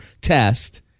test